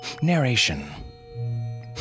Narration